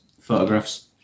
photographs